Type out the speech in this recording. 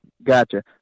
Gotcha